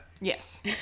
yes